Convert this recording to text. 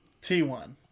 T1